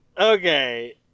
Okay